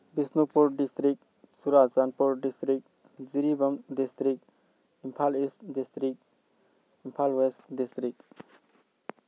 Bishnupur district Churachandpur district Jiribam district Imphal east district Imphal west district